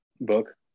Book